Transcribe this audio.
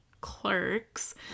clerks